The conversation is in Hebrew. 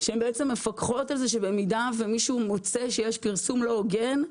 שהן בעצם מפקחות על זה שבמידה ומישהו מוצא שיש פרסום לא הוגן,